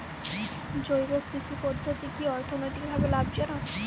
জৈব কৃষি পদ্ধতি কি অর্থনৈতিকভাবে লাভজনক?